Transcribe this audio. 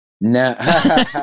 No